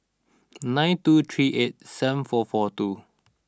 nine two three eight seven four four two